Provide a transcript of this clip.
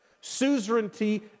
Suzerainty